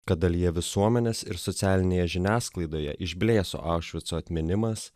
kad dalyje visuomenės ir socialinėje žiniasklaidoje išblėso aušvico atminimas